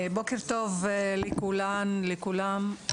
בוקר טוב לכולן ולכולם.